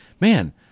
man